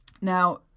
Now